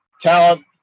Talent